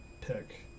pick